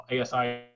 ASI